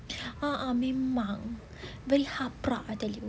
uh uh memang very haprak I tell you